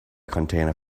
contained